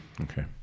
Okay